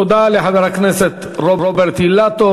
תודה לחבר הכנסת רוברט אילטוב.